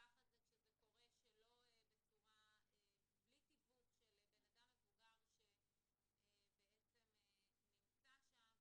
הפחד זה כשזה קורה בלי תיווך של בן אדם מבוגר שבעצם נמצא שם.